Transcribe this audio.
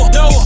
no